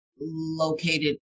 located